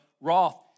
Roth